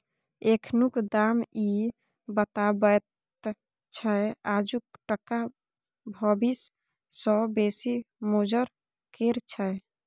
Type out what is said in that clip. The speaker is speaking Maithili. एखनुक दाम इ बताबैत छै आजुक टका भबिस सँ बेसी मोजर केर छै